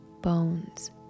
bones